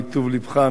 מטוב לבך,